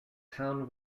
town